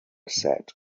said